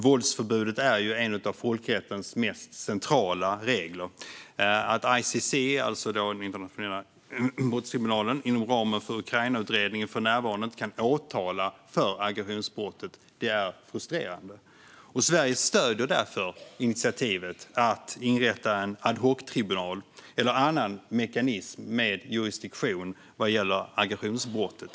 Våldsförbudet är ju en av folkrättens mest centrala regler, och att ICC, alltså den internationella brottmålsdomstolen, inom ramen för Ukrainautredningen för närvarande inte kan åtala för aggressionsbrottet är frustrerande. Sverige stöder därför initiativet att inrätta en ad hoc-tribunal eller annan mekanism med jurisdiktion vad gäller aggressionsbrottet.